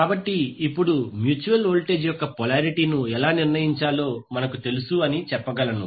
కాబట్టి ఇప్పుడు mutual voltage యొక్క పొలారిటీ ను ఎలా నిర్ణయించాలో మనకు తెలుసు అని చెప్పగలను